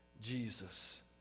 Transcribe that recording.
Jesus